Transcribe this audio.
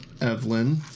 Evelyn